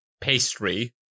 pastry